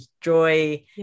joy